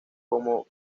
como